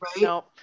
No